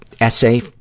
essay